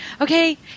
okay